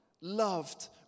Loved